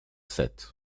sept